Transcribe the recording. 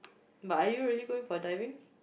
but are you really going for diving